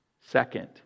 Second